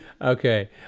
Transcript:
Okay